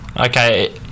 Okay